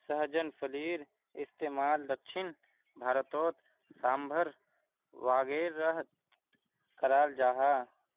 सहजन फलिर इस्तेमाल दक्षिण भारतोत साम्भर वागैरहत कराल जहा